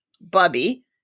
Bubby